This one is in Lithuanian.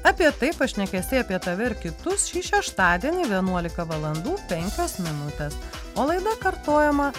apie tai pašnekesiai apie tave ir kitus šį šeštadienį vienuolika valandų penkios minutės o laida kartojama